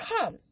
come